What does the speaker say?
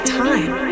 time